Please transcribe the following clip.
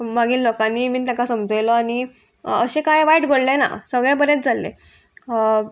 मागीर लोकांनी बीन ताका समजयलो आनी अशें कांय वायट घडलें ना सगळें बरेंच जाल्लें